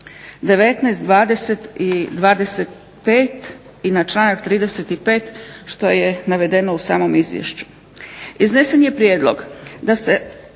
19., 20., 25. i na članak 35. što je navedeno u samom izvješću.